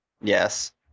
Yes